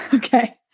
ok?